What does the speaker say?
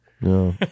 No